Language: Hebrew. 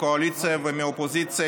מהקואליציה ומהאופוזיציה,